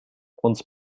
uns